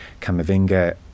Camavinga